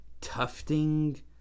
tufting